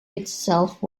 itself